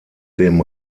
dem